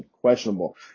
questionable